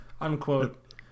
unquote